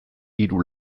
hiru